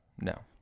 No